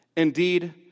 Indeed